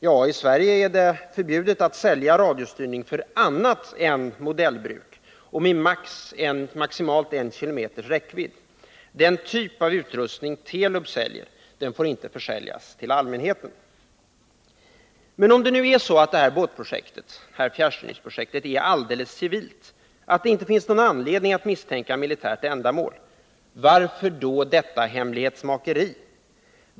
Nej, i Sverige är det förbjudet att sälja radiostyrningssystem för annat än modellbruk, och systemet får ha maximalt en kilometers räckvidd. Den typ av utrustning Telub säljer får inte försäljas till allmänheten. Om detta fjärrstyrningsprojekt är alldeles civilt, om det inte finns någon anledning att misstänka att systemet kan användas för militärt ändamål, vad är då orsaken till detta hemlighetsmakeri?